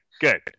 Good